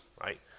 right